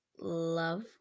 love